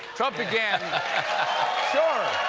trump again sure.